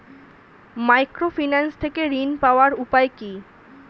Microfinance থেকে ঋণ পাওয়ার উপায় কি?